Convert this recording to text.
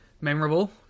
memorable